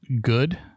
good